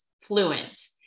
fluent